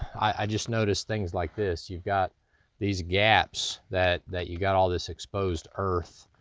i just noticed things like this. you've got these gaps that that you got all this exposed earth.